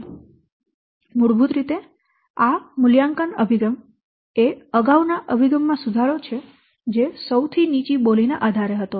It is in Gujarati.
તેથી મૂળભૂત રીતે આ મૂલ્યાંકન અભિગમ એ અગાઉના અભિગમ માં સુધારો છે જે સૌથી નીચી બોલી ના આધારે હતો